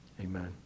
Amen